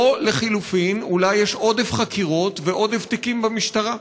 או לחלופין אולי יש עודף חקירות ועודף תיקים במשטרה.